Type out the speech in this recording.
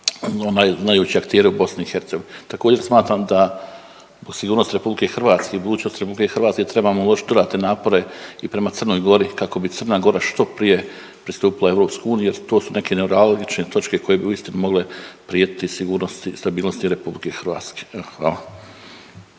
znajući aktere u BiH. Također smatram da o sigurnost RH i budućnost RH trebamo uložiti dodatne napore i prema Crnoj Gori kako bi Crna Gora što prije pristupila EU jer to su neke neuralgične točke koje bi uistinu mogle prijetiti sigurnosti, stabilnosti RH. Evo, hvala.